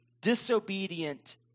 disobedient